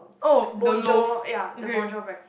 Bonjour ya the Bonjour bread